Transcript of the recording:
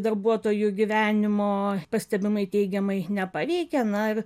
darbuotojų gyvenimo pastebimai teigiamai nepaveikė na ir